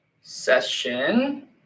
session